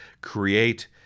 create